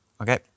okay